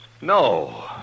No